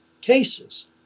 cases